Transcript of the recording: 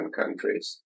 countries